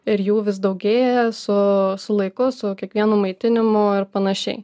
ir jų vis daugėja su su laiku su kiekvienu maitinimu ir panašiai